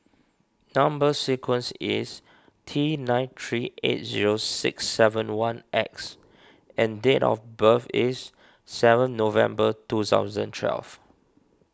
Number Sequence is T nine three eight zero six seven one X and date of birth is seven November two thousand twelve